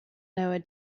noah